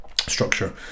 structure